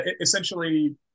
Essentially